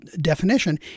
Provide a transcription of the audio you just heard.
definition